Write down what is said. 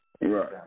Right